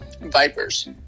Vipers